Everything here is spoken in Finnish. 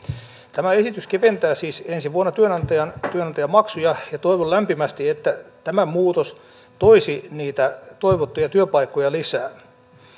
tämä esitys keventää siis ensi vuonna työnantajan työnantajan maksuja ja toivon lämpimästi että tämä muutos toisi niitä toivottuja työpaikkoja lisää